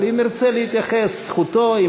אבל אם ירצה להתייחס, זכותו.